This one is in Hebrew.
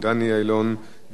בשם שרת החקלאות